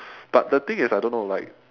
but the thing is I don't know like